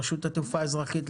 מרשות התעופה האזרחית,